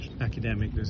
academic